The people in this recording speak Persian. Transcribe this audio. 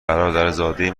برادرزاده